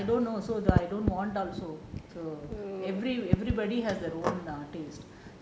I don't know so I don't want also so every everybody has their own err taste